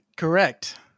Correct